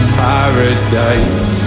paradise